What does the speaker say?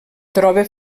troba